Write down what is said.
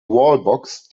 wallbox